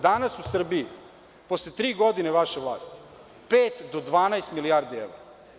Danas u Srbiji, posle tri godine vaše vlasti, pet do 12 milijardi evra.